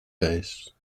base